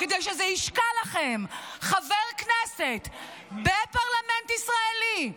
כדי שזה ישקע לכם: חבר כנסת בפרלמנט ישראלי,